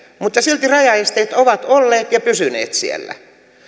mutta silti rajaesteet ovat olleet ja pysyneet siellä